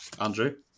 Andrew